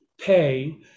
pay